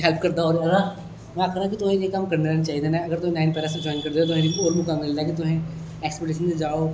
help करदा में में आक्खना कि तुस जेहका करी लेने चाहिदे ना अगर तुस नाइन पेरा एसएफ ओर मौका मिलना ऐ तुसेंगी अक्सपिटेशन च जाओ